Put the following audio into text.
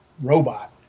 robot